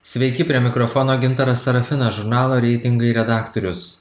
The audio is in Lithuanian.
sveiki prie mikrofono gintaras sarafinas žurnalo reitingai redaktorius